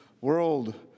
World